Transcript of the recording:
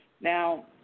Now